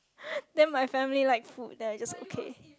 then my family like food then I just okay